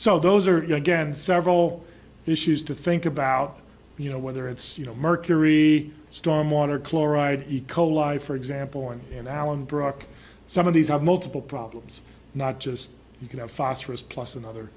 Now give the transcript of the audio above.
so those are you again several issues to think about you know whether it's you know mercury storm water chloride eco life for example in an alan breck some of these have multiple problems not just you can have phosphorus plus another